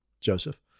Joseph